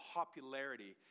popularity